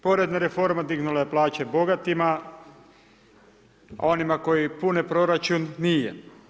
Porezna reforma dignula je plaće bogatima, onima koji pune proračun, nije.